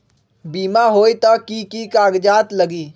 बिमा होई त कि की कागज़ात लगी?